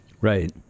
Right